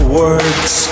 words